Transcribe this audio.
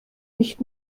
nicht